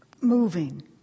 moving